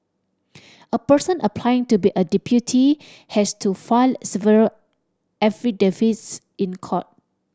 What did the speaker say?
a person applying to be a deputy has to file several affidavits in court